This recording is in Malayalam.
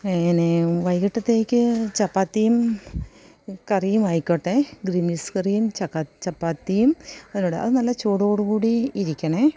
പിന്നെ വൈകിട്ടത്തേയ്ക്ക് ചപ്പാത്തിയും കറിയും ആയിക്കോട്ടെ ഗ്രീൻ പീസ് കറിയും ചപ്പാ ചപ്പാത്തിയും അതിന്റെകൂടെ അത് നല്ല ചൂടോടുകൂടി ഇരിക്കണേ